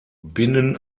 binnen